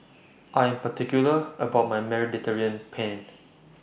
I Am particular about My Mediterranean Penne